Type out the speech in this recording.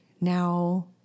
now